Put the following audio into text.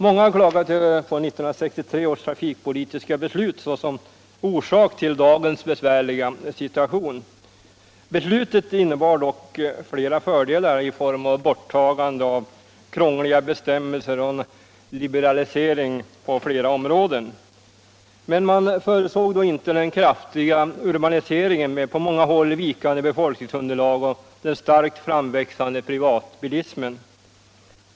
Många har klagat på 1963 års trafikpolitiska beslut och angett det såsom orsak till dagens besvärliga situation. Beslutet innebar dock flera fördelar i form av borttagande av krångliga bestämmelser och en liberalisering på flera områden. Man förutsåg då inte den kraftiga urbaniseringen med på många håll vikande befolkningsunderlag och den starkt framväxande privatbilismen.